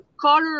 color